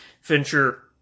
Fincher